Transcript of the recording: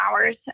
hours